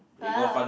!wow!